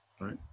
right